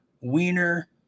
Wiener